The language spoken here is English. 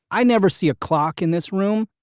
i never see a clock in this room,